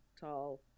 tall